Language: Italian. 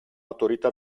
autorità